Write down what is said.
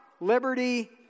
liberty